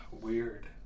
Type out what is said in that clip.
weird